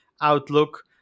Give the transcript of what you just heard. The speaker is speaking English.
outlook